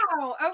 wow